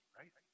right